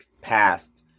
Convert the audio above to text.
passed